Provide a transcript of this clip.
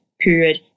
period